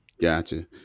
gotcha